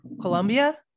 Colombia